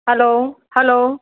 hello hello